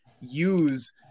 use